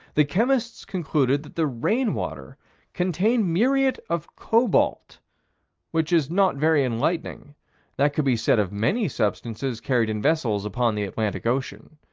the chemists concluded that the rain-water contained muriate of cobalt which is not very enlightening that could be said of many substances carried in vessels upon the atlantic ocean.